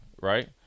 right